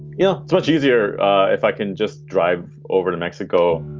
you know, it's much easier if i can just drive over to mexico.